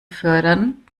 fördern